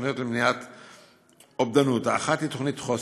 תוכניות למניעת אובדנות: האחת היא תוכנית "חוסן"